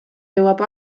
jõuab